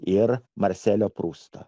ir marselio prusto